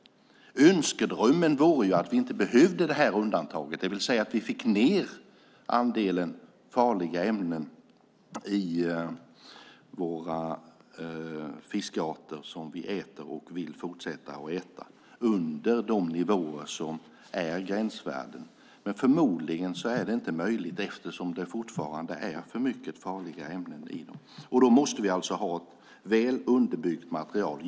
Önskedrömmen vore att vi inte behövde undantaget, det vill säga att vi får ned andelen farliga ämnen i våra fiskarter som vi äter och vill fortsätta att äta under gränsvärdena. Förmodligen är det inte möjligt eftersom det fortfarande finns för mycket farliga ämnen i dem. Då måste vi ha ett väl underbyggt material.